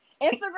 instagram